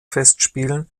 festspielen